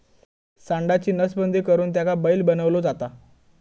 सांडाची नसबंदी करुन त्याका बैल बनवलो जाता